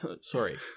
Sorry